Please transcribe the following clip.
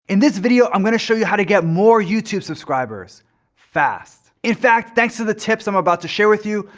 in this video, i'm gonna show you how to get more youtube subscribers fast. in fact, thanks to the tips i'm about to share with you,